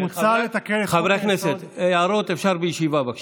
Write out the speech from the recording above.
חברי הכנסת, הערות אפשר בישיבה, בבקשה.